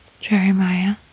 Jeremiah